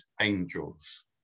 angels